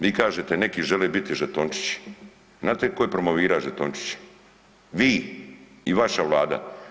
Vi kažete neki žele biti žetončići znate tko je promovira žetončiće, vi i vaša Vlada.